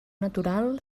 natural